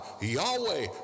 Yahweh